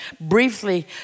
briefly